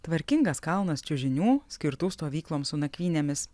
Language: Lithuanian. tvarkingas kalnas čiužinių skirtų stovykloms su nakvynėmis